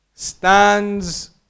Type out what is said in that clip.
Stands